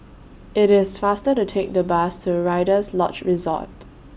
IT IS faster to Take The Bus to Rider's Lodge Resort